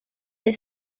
des